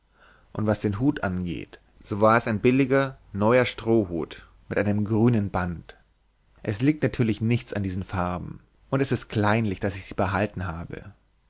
und was den hut angeht so war es ein billiger neuer strohhut mit einem grünen band es liegt natürlich nichts an diesen farben und es ist kleinlich daß ich sie behalten habe